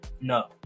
No